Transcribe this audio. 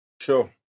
Sure